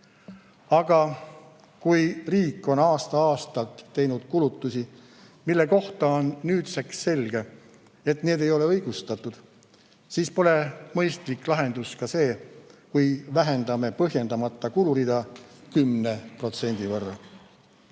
Aga kui riik on aasta-aastalt teinud kulutusi, mille kohta on nüüdseks selge, et need ei ole õigustatud, siis pole mõistlik lahendus ka see, kui vähendame põhjendamata kulurida 10% võrra.